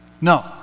No